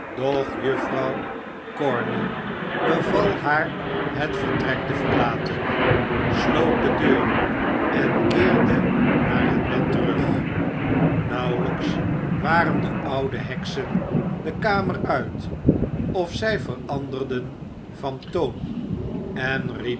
doch juffrouw corney beval haar het vertrek te verlaten sloot de deur en keerde naar het bed terug nauwelijks waren de oude heksen de kamer uit of zij veranderden van toon en